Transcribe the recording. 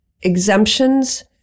exemptions